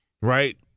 right